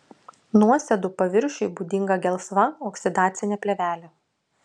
nuosėdų paviršiui būdinga gelsva oksidacinė plėvelė